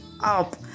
up